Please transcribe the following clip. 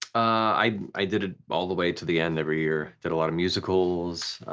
i did it all the way to the end every year. did a lot of musicals.